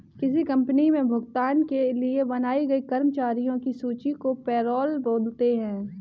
किसी कंपनी मे भुगतान के लिए बनाई गई कर्मचारियों की सूची को पैरोल बोलते हैं